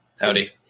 Howdy